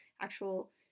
actual